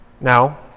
Now